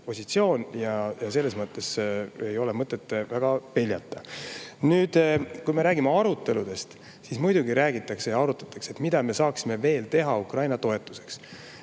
positsioon ja selles mõttes ei ole mõtet väga peljata. Nüüd, kui me räägime aruteludest: muidugi räägitakse ja arutatakse, mida me saaksime veel teha Ukraina toetuseks.